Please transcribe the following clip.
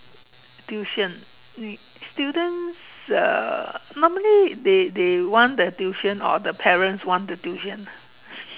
tuition students uh normally they they want the tuition or the parents want the tuition ah